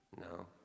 No